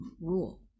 rule